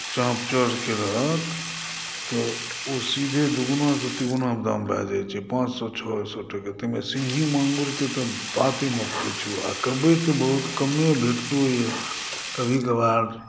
चाक चौड़के रहत तऽ ओ सीधे दुगुणासँ तिगुणा दाम भए जाइ छै पाँच सए छओ सए टके ताहिमे सिन्घी माँगुरके तऽ बाते मत पुछू बाते मत पुछू कवइ तऽ बहुत कम तऽ भेटते यऽ कभी कभार